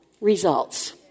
results